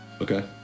okay